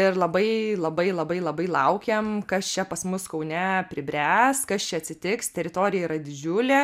ir labai labai labai labai laukiam kas čia pas mus kaune pribręs kas čia atsitiks teritorija yra didžiulė